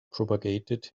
propagated